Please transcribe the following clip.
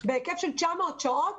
בהיקף של 900 שעות.